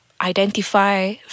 identify